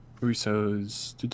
Russo's